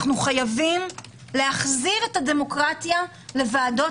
אנחנו חייבים להחזיר את הדמוקרטיה לוועדות